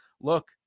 look